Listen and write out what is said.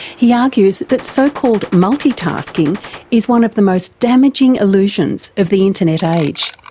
he argues that so-called multitasking is one of the most damaging illusions of the internet age.